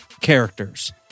characters